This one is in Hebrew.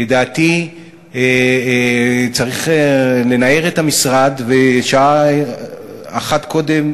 לדעתי צריך לנער את המשרד ויפה שעה אחת קודם.